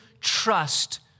trust